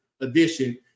edition